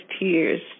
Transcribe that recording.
tears